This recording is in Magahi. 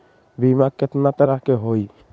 बीमा केतना तरह के होइ?